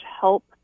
help